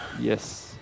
Yes